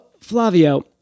Flavio